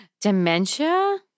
Dementia